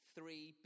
Three